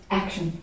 action